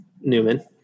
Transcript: Newman